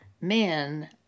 men